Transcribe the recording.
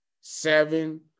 Seven